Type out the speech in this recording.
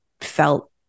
felt